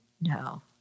no